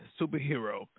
superhero